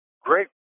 great